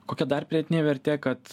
kokia dar pridėtinė vertė kad